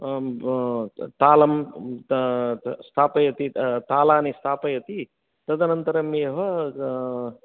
तालं स्थापयति तालानि स्थापयति तदनन्तरमेव